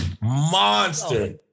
Monster